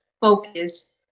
focus